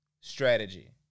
strategy